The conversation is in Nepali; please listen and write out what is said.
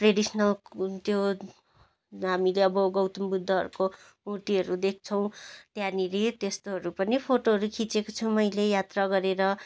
ट्रेडिसनल त्यो हामीले अब गौतम बुद्धहरूको मूर्तिहरू देख्छौँ त्यहाँनेरि त्यस्तोहरू पनि फोटोहरू खिचेको छु मैले यात्रा गरेर